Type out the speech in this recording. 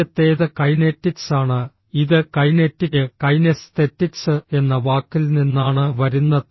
ആദ്യത്തേത് കൈനെറ്റിക്സ് ആണ് ഇത് കൈനെറ്റിക് കൈനെസ്തെറ്റിക്സ് എന്ന വാക്കിൽ നിന്നാണ് വരുന്നത്